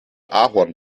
ahorn